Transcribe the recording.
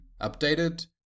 updated